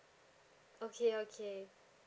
okay okay